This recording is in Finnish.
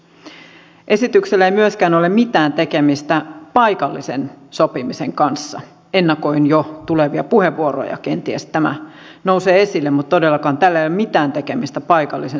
esityksellä ei myöskään ole mitään tekemistä paikallisen sopimisen kanssa ennakoin jo tulevia puheenvuoroja kenties tämä nousee esille mutta todellakaan tällä ei ole mitään tekemistä paikallisen sopimisen kanssa